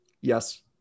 Yes